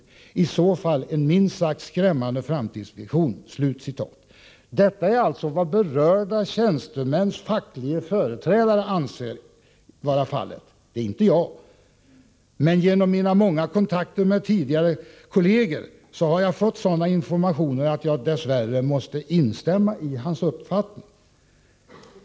I så fall en minst sagt skrämmande framtidsvision.” Detta är alltså vad de berörda tjänstemännens facklige företrädare anser vara fallet — dvs. inte jag! Genom mina många kontakter med tidigare kolleger har jag emellertid fått sådan information att jag dess värre måste instämma i Sandbergs uppfattning.